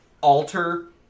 alter